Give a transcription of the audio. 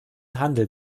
handel